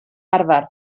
arfer